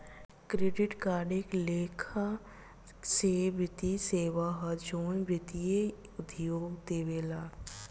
credit card एक लेखा से वित्तीय सेवा ह जवन वित्तीय उद्योग देवेला